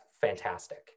fantastic